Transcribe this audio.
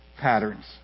patterns